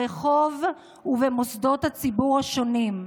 ברחוב ובמוסדות הציבור השונים.